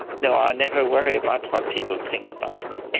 no, i never worry about what people think about me.